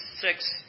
six